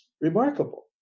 remarkable